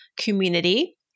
community